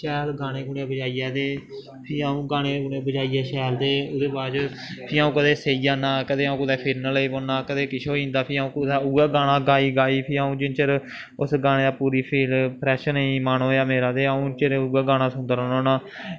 शैल गाने गूने बजाइयै ते प्ही अ'ऊं गाने गुने बज़ाइयै शैल ते फ्ही कदें अ'ऊं सेई जन्नां कदें अ'ऊं सेई जन्नां कदें किश होई जंदा फिर अ'ऊं कुदै उऐ गाना गाई गाई किन्नै चिर उस गाने गी पूरी फील फ्रैश नेईं मन होएआ मेरा ते फिर अ'ऊं उ'ऐ गाना सुनदा रौंह्दा होन्ना